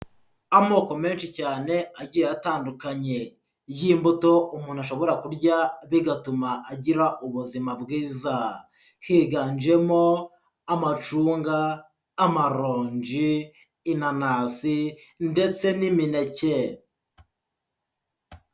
Amoko menshi cyane agiye atandukanye y'imbuto umuntu ashobora kurya bigatuma agira ubuzima bwiza, higanjemo amacunga, amaroongi, inanasi ndetse n'imineke.